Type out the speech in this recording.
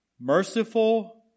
Merciful